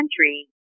country